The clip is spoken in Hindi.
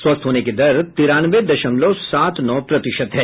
स्वस्थ होने की दर तिरानवे दशमलव सात नौ प्रतिशत है